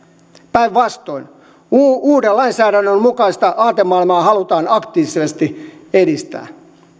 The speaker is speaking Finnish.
päinvastoin uuden lainsäädännön mukaista aatemaailmaa halutaan aktiivisesti edistää